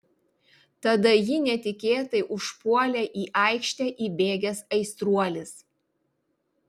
tada jį netikėtai užpuolė į aikštę įbėgęs aistruolis